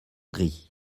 gris